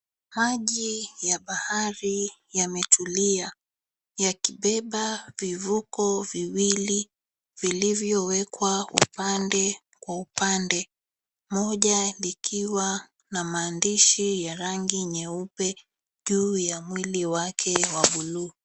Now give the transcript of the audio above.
Maji ya bahari yametulia yakibeba vifuko viwili vilivyowekwa upande kwa upande. Moja likiwa na maandishi ya rangi nyeupe juu ya mwili wake wa bluu.